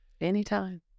Anytime